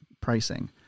pricing